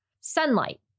sunlight